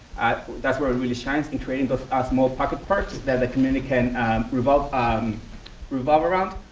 that's where it really shines in creating those ah small pocket parks that the community can revolve um revolve around.